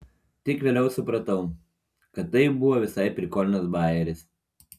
tik vėliau supratau kad tai buvo visai prikolnas bajeris